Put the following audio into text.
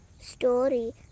story